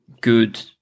good